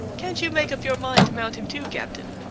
can't you make up your mind to mount him, too, captain?